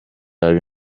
are